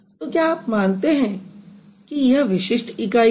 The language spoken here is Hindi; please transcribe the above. तो क्या आप मानते हैं कि यह विशिष्ट इकाई है